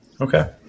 Okay